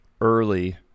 early